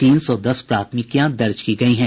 तीन सौ दस प्राथमिकियां दर्ज की गयी हैं